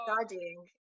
studying